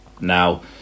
now